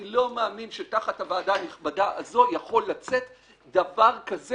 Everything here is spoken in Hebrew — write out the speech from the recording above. אני לא מאמין שתחת הוועדה הנכבדה הזו יכול לצאת דבר כזה,